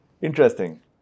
Interesting